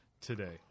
today